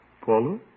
Paula